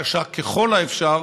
קשה ככל האפשר,